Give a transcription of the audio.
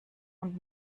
und